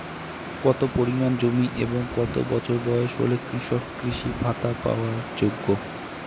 কত পরিমাণ জমি এবং কত বছর বয়স হলে কৃষক কৃষি ভাতা পাওয়ার যোগ্য?